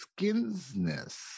Skinsness